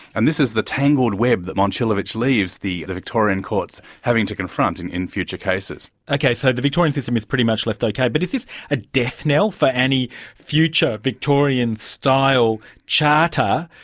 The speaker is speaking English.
and this is the tangled web that momcilovic leaves the the victorian courts having to confront in in future cases. okay, so the victorian system is pretty much left okay, but is this a death knell for any future victorian style charter?